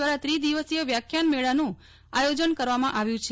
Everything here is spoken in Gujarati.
દ્વારા ત્રિદિવસીય વ્યાખ્યાન માળાનું આયોજન કરવામાં આવ્યું છે